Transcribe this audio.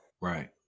Right